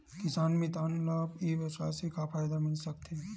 किसान मितान मन ला ई व्यवसाय से का फ़ायदा मिल सकथे?